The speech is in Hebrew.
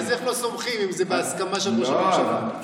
אז איך לא סומכים אם זה בהסכמה של ראש ממשלה?